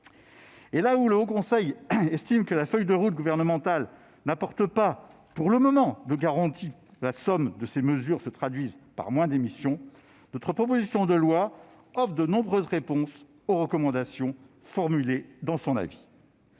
Si le Haut Conseil estime que la feuille de route gouvernementale n'apporte pas pour le moment de garanties, la somme des mesures proposées ne se traduisant pas par moins d'émissions, notre proposition de loi offre de nombreuses réponses aux recommandations formulées dans son avis.